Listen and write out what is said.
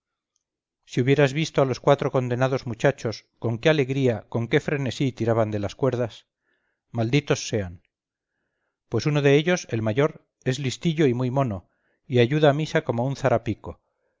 si hubieras visto a los cuatro condenados muchachos con qué alegría con qué frenesí tiraban de las cuerdas malditos sean pues uno de ellos el mayor es listillo y muymono y ayuda a misa como un